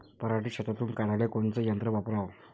पराटी शेतातुन काढाले कोनचं यंत्र वापराव?